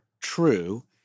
true